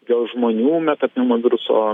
dėl žmonių metapneumoviruso